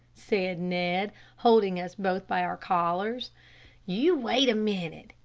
said ned, holding us both by our collars you wait a minute.